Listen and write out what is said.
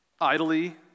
idly